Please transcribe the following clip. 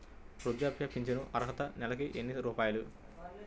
వృద్ధాప్య ఫింఛను అర్హత నెలకి ఎన్ని రూపాయలు?